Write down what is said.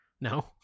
No